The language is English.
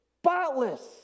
spotless